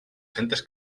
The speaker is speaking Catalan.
centes